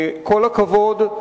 כל הכבוד.